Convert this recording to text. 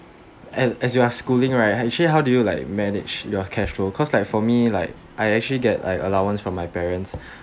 as you are schooling right actually how do you like manage your cash flow cause like for me like I actually get like allowance from my parents